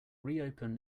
reopen